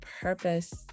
purpose